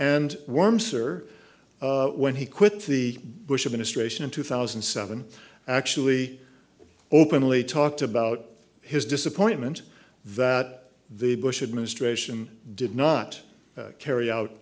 and wormser when he quit the bush administration in two thousand and seven actually openly talked about his disappointment that the bush administration did not carry out